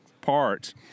parts